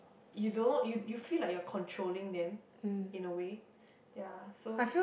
you don't know you you feel like you're controlling them in a way ya so